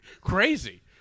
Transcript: crazy